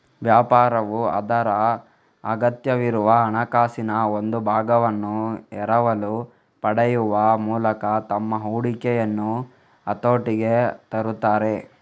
ವ್ಯಾಪಾರವು ಅದರ ಅಗತ್ಯವಿರುವ ಹಣಕಾಸಿನ ಒಂದು ಭಾಗವನ್ನು ಎರವಲು ಪಡೆಯುವ ಮೂಲಕ ತಮ್ಮ ಹೂಡಿಕೆಯನ್ನು ಹತೋಟಿಗೆ ತರುತ್ತಾರೆ